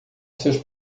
seus